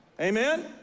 Amen